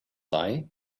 lie